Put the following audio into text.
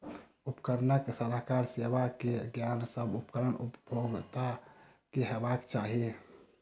उपकरणक सलाहकार सेवा के ज्ञान, सभ उपकरण उपभोगता के हेबाक चाही